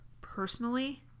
personally